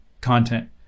content